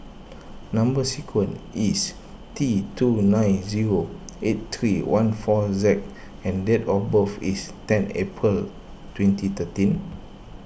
Number Sequence is T two nine zero eight three one four Z and date of birth is ten April twenty thirteen